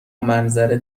منظره